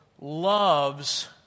loves